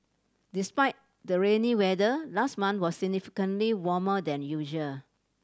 despite the rainy weather last month was significantly warmer than usual